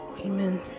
amen